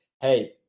hey